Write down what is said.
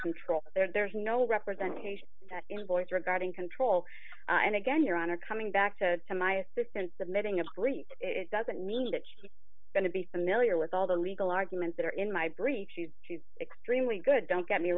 control there there's no representation that invoice regarding control and again your honor coming back to to my assistant submitting a breach it doesn't mean that she's going to be familiar with all the legal arguments that are in my brief to extremely good don't get me